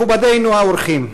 מכובדינו האורחים,